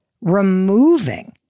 removing